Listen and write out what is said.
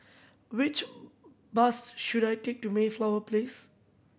which bus should I take to Mayflower Place